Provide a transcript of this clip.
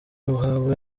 uhawe